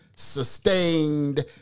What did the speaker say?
sustained